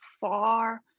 far